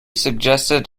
suggested